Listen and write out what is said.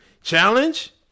Challenge